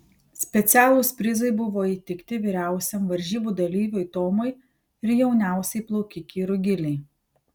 specialūs prizai buvo įteikti vyriausiam varžybų dalyviui tomui ir jauniausiai plaukikei rugilei